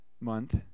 month